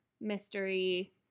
mystery